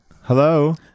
hello